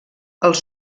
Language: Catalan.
els